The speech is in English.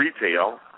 Retail